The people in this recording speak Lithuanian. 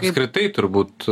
apskritai turbūt